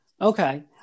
Okay